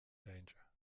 danger